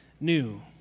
new